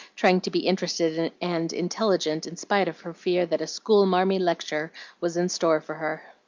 trying to be interested and intelligent in spite of her fear that a school-marmy lecture was in store for her.